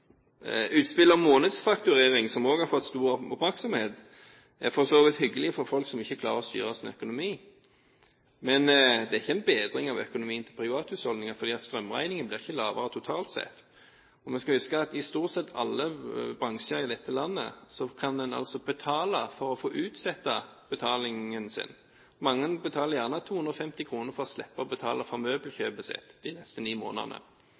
Utspill om månedsfakturering, som også har fått stor oppmerksomhet, er for så vidt hyggelig for folk som ikke klarer å styre sin økonomi. Men det er ikke en bedring av økonomien til privathusholdninger, fordi strømregningen blir ikke lavere totalt sett. Og vi skal huske at i stort sett alle bransjer i dette landet kan en betale for å utsette betalingen sin. Mange betaler gjerne 250 kr for å slippe å betale for møbelkjøpet sitt de neste ni månedene.